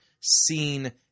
seen